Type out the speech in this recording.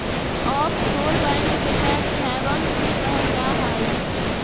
offshore bank के tax havens भी कहल जा हइ